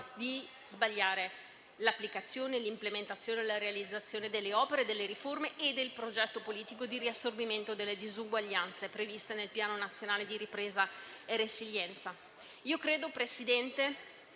di sbagliare l'applicazione, l'implementazione e la realizzazione delle opere, delle riforme e del progetto politico di riassorbimento delle disuguaglianze previsto nel PNRR. Signor Presidente,